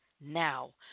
now